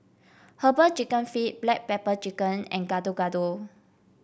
herbal chicken feet Black Pepper Chicken and Gado Gado